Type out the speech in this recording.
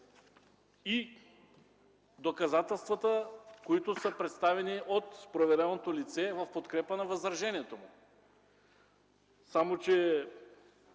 и доказателствата, представени от проверяваното лице в подкрепа на възражението му. Само че